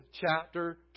chapter